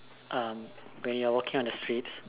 um when you're walking on the street